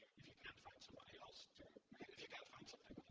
if you can't find somebody else if you can't find something